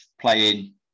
playing